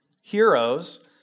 Heroes